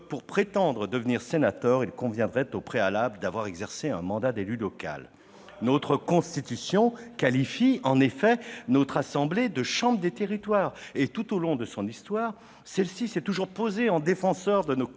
pour prétendre devenir sénateur, il conviendrait au préalable d'avoir exercé un mandat d'élu local. Quelle horreur ! Notre Constitution qualifie en effet notre assemblée de « chambre des territoires », et tout au long de son histoire celle-ci s'est toujours posée en défenseur des collectivités